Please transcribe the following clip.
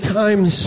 times